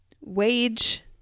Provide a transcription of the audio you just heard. wage